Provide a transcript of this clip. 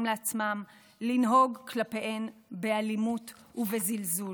לעצמם לנהוג כלפיהן באלימות ובזלזול.